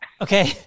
Okay